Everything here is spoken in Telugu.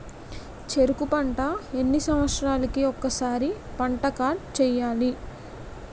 చెరుకు పంట ఎన్ని సంవత్సరాలకి ఒక్కసారి పంట కార్డ్ చెయ్యాలి?